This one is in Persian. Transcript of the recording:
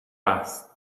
است